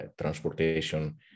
transportation